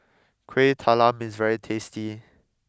Kueh Talam is very tasty